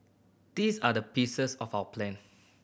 these are the pieces of our plan